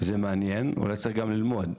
זה מעניין וצריך גם ללמוד,